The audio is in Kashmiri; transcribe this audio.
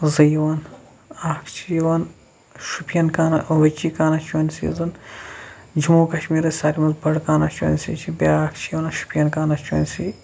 زٕ یِوان اکھ چھِ یِوان شُپین کا ؤچی کانسچُونسی یۄس زن جموں کَشمیٖرس ساروی منٛز بٔڑ کانسچُونسی چھِ بیاکھ چھِ یِوان شُپین کانَسچُونسی